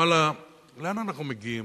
ואללה, לאן אנחנו מגיעים?